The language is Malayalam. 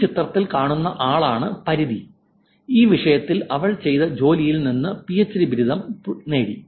ഈ ചിത്രത്തിൽ കാണുന്ന ആള് ആണ് പരിധി ഈ വിഷയത്തിൽ അവൾ ചെയ്ത ജോലിയിൽ നിന്ന് പിഎച്ച്ഡി ബിരുദം നേടി